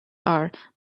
are